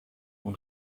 اون